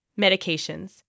Medications